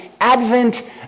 Advent